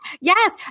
Yes